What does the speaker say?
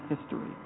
history